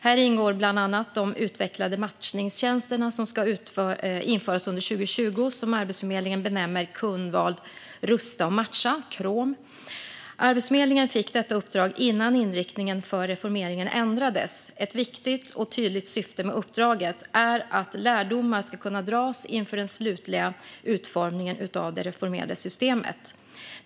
Här ingår bland annat de utvecklade matchningstjänster, som ska införas under 2020, som Arbetsförmedlingen benämner Kundval rusta och matcha, KROM. Arbetsförmedlingen fick detta uppdrag innan inriktningen för reformeringen ändrades. Ett viktigt och tydligt syfte med uppdraget är att lärdomar ska kunna dras inför den slutliga utformningen av det reformerade systemet.